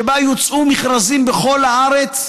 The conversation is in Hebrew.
שבה יוצאו מכרזים בכל הארץ,